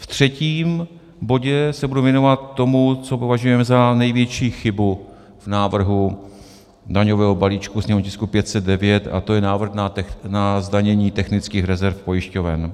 V třetím bodě se budu věnovat tomu, co považujeme za největší chybu v návrhu daňového balíčku, sněmovním tisku 509, a to je návrh na zdanění technických rezerv pojišťoven.